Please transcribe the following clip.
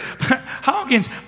Hawkins